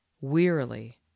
Wearily